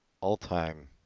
All-time